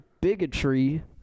bigotry